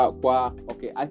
Okay